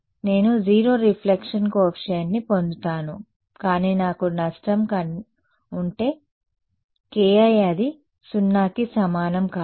నేను 0 రిఫ్లెక్షన్ కోఎఫీషియంట్ని పొందుతాను కానీ నాకు నష్టం ఉంటే ki అది 0 కి సమానం కాదు